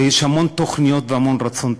ויש המון תוכניות והמון רצון טוב,